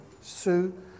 Sue